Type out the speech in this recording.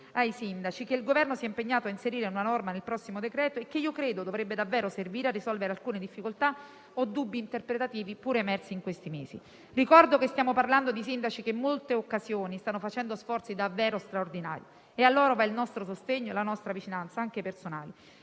ai sindaci, per cui il Governo si è impegnato a inserire una specifica norma nel prossimo decreto-legge, che io credo dovrebbe davvero servire a risolvere alcune difficoltà o dubbi interpretativi pure emersi in questi mesi. Ricordo che stiamo parlando di sindaci che in molte occasioni stanno facendo sforzi davvero straordinari - e a loro vanno il nostro sostegno e la nostra vicinanza, anche personali